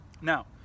Now